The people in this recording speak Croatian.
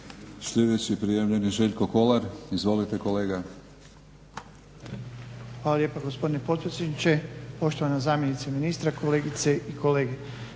Sljedeći prijavljeni Željko Kolar. Izvolite kolega. **Kolar, Željko (SDP)** Hvala lijepo gospodine potpredsjedniče, poštovana zamjenice ministra, kolegice i kolege.